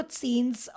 scenes